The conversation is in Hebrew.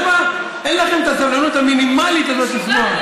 למה אין לכם את הסבלנות המינימלית הזאת לשמוע?